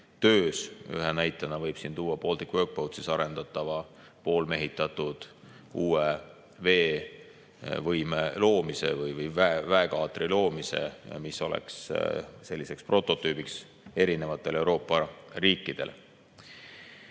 Ühe näitena võib siin tuua Baltic Workboatsis arendatava poolmehitatud uue veevõime loomise või väekaatri loomise, mis oleks selliseks prototüübiks erinevatele Euroopa riikidele.